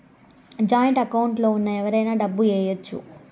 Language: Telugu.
జాయింట్ అకౌంట్ లో ఉన్న ఎవరైనా డబ్బు ఏయచ్చు